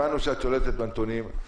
הבנו שאת שולטת בנתונים.